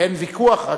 אין ויכוח,